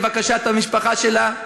לבקשת המשפחה שלה.